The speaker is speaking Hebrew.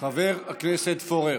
חבר הכנסת פורר.